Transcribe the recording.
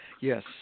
Yes